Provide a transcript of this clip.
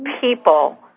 people